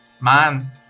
man